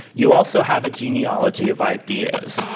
you also have a genealogy of ideas.